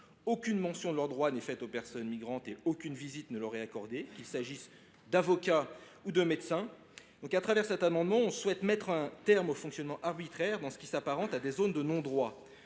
Aucune mention de leurs droits n’est faite aux personnes migrantes et aucune visite ne leur est accordée, qu’il s’agisse d’avocats ou de médecins. À travers cet amendement, je souhaite mettre un terme au fonctionnement arbitraire de ce qui s’apparente à des zones de non droit.